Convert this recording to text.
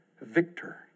victor